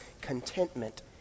contentment